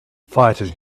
fighting